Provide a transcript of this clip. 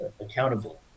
accountable